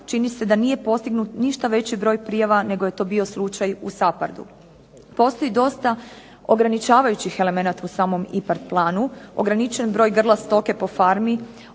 čini se da nije postignut ništa veći broj prijava nego je to bio slučaj u SAPHARD-u. Postoji dosta ograničavajućih elemenata u samom IPARD planu. Ograničen broj grla stoke po farmi,